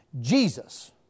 Jesus